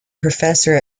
professor